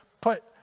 put